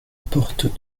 porte